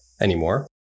anymore